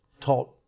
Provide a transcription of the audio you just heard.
taught